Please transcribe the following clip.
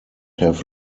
have